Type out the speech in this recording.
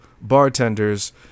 bartenders